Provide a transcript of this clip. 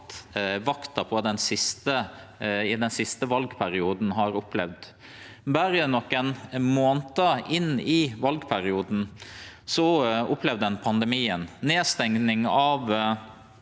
vakta i den siste valperioden, har opplevd. Berre nokre månader inn i valperioden opplevde ein pandemien, nedstenging av